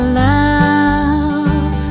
love